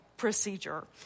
procedure